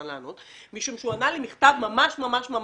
כי הוא ענה לי מכתב ממש רציני.